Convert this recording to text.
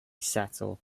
settle